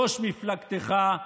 ראש מפלגתך,